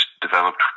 developed